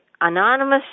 Anonymous